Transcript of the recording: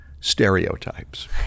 stereotypes